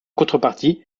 contrepartie